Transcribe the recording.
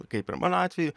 kaip ir mano atveju